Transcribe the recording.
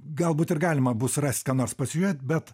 galbūt ir galima bus rast ką nors pasižiūrėt bet